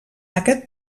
aquest